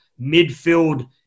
midfield